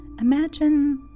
imagine